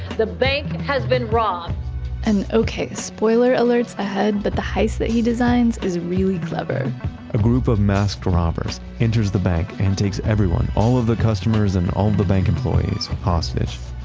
the bank has been robbed and okay, spoiler alerts ahead, but the heist that he designs is really clever a group of masked robbers enters the bank and takes everyone, all of the customers and all the bank employee's hostage